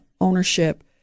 ownership